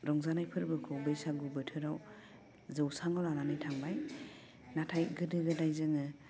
रंजानाय फोरबोखौ बैसागु बोथोराव जौसाङाव लानानै थांबाय नाथाय गोदो गोदाय जोङो